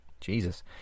Jesus